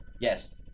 Yes